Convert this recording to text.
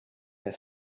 and